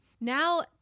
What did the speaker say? Now